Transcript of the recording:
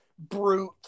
brute